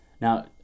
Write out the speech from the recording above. Now